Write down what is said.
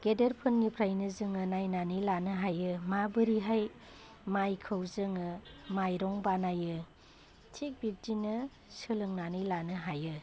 गेदेर फोरनिफ्राइनो जोङो नायनानै लानो हायो माबोरैहाय माइखौ जोङो मायरं बानायो थिक बिदिनो सोलोंनानै लोनो हायो